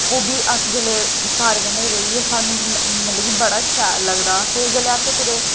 ओह् बी अस जेल्लै सारें कन्नै रेहिया साह्नूं मतलब कि बड़ा शैल लगदा ते जेल्लै अस कुतै